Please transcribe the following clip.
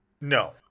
No